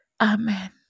amen